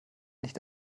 nicht